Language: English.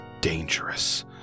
dangerous